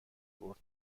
برد